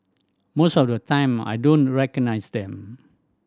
most of the time I don't recognise them